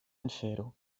infero